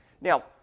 Now